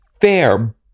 fair